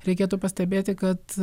reikėtų pastebėti kad